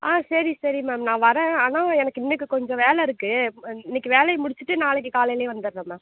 ஆ சரி சரி மேம் நான் வரேன் ஆனால் எனக்கு இன்னிக்கி கொஞ்சம் வேலை இருக்குது இன்னிக்கி வேலையை முடித்துட்டு நாளைக்கு காலையில் வந்துடறேன் மேம்